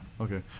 okay